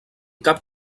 cap